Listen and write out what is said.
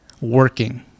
working